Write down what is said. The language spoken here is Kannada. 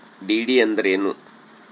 ಡಿ.ಡಿ ಅಂದ್ರೇನು?